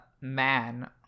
man